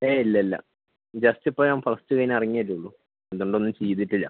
ഏയ് ഇല്ല ഇല്ല ജസ്റ്റ് ഇപ്പം ഞാൻ പ്ലസ്ടു കഴിഞ്ഞ് ഇറങ്ങി അല്ലെ ഉള്ളൂ അതുകൊണ്ട് ഒന്നും ചെയ്തിട്ട് ഇല്ല